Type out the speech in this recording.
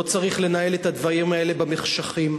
לא צריך לנהל את הדברים האלה במחשכים.